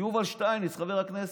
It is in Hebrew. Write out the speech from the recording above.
יובל שטייניץ, חבר הכנסת.